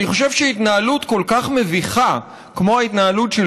אני חושב שהתנהלות כל כך מביכה כמו ההתנהלות של